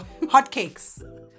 hotcakes